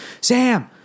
Sam